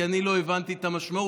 כי אני לא הבנתי את המשמעות.